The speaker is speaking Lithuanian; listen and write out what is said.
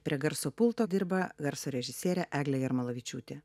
prie garso pulto dirba garso režisierė eglė jarmalavičiūtė